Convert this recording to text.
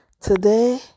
Today